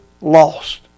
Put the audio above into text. lost